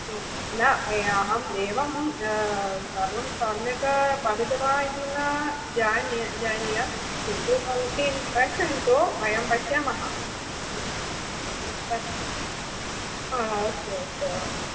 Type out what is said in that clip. ह न अहम् एवं सर्वं सम्यक् भवित्वा इति न जानी जानीया किन्तु भवतीं प्रेषयन्तु वयं पश्यामः हा अस्तु अस्तु